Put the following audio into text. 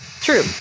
True